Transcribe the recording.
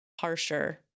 harsher